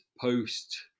post